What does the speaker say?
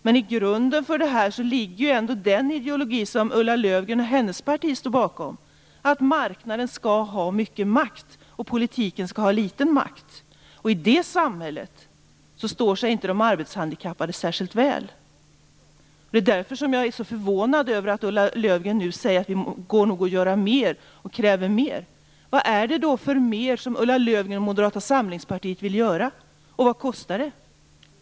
Men i grunden ligger ändå den ideologi som Ulla Löfgren och hennes parti står bakom, att marknaden skall ha mycket makt medan politiken skall ha litet makt. I ett sådant samhälle står sig inte de arbetshandikappade särskilt väl. Det är därför som jag är så förvånad över att Ulla Löfgren nu säger att det går att göra mera. Vad är det då för "mera" som Ulla Löfgren och Moderata samlingspartiet vill göra, och vad kostar det?